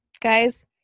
Guys